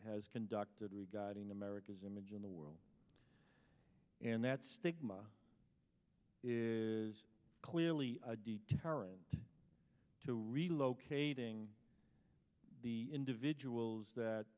has conducted regarding america's image in the world and that stigma is clearly a deterrent to relocating the individuals that